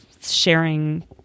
sharing